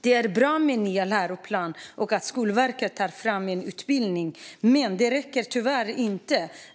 Det är bra med nya läroplaner och att Skolverket tar fram en utbildning. Men det räcker tyvärr inte.